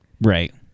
right